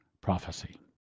prophecy